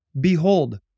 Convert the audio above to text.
behold